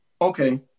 okay